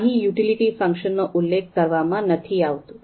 અહીં યુટિલિટી ફંક્શનનો ઉલ્લેખ કરવામાં નથી આવતું